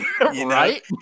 right